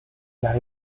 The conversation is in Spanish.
las